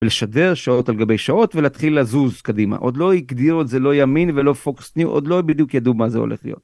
לשדר שעות על גבי שעות ולהתחיל לזוז קדימה עוד לא הגדירו את זה לא ימין ולא פוקס ניו עוד לא בדיוק ידעו מה זה הולך להיות.